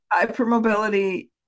Hypermobility